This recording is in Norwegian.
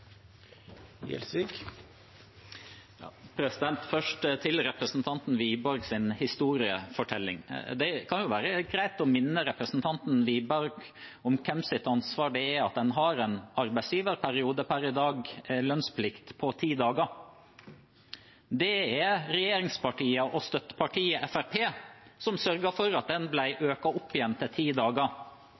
historiefortelling: Det kan være greit å minne representanten Wiborg om hvem sitt ansvar det er at en per i dag har en arbeidsgiverperiode med lønnsplikt på ti dager. Det er regjeringspartiene og støttepartiet Fremskrittspartiet som sørget for at den ble økt opp igjen til ti